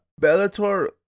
Bellator